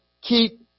keep